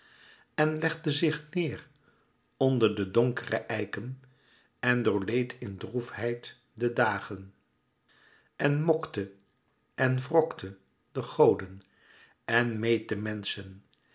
en legde zich neer onder de donkere eiken en doorleed in droefheid de dagen en mokte en wrokte de goden en meed de menschen